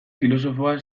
filosofoa